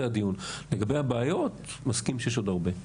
לגבי הבעיות, מסכים שיש עוד הרבה.